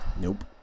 Nope